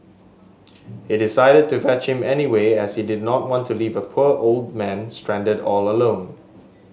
he decided to fetch him anyway as he did not want to leave a poor old man stranded all alone